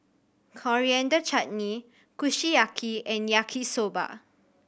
Coriander Chutney Kushiyaki and Yaki Soba